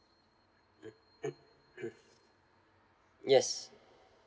yes